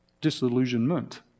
Disillusionment